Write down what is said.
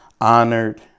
honored